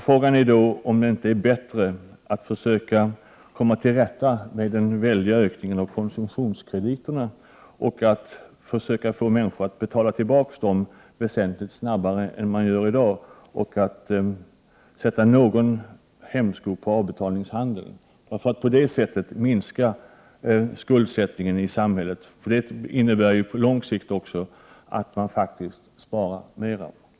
Frågan är då om det inte är bättre att försöka komma till rätta med den väldiga ökningen av konsumtionskrediterna och att försöka få människor att betala tillbaka dessa väsentligt snabbare än man gör i dag. Vidare bör man sätta någon hämsko på avbetalningshandeln för att på det sättet minska skuldsättningen i samhället. Det innebär på lång sikt att man faktiskt sparar mer.